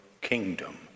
kingdom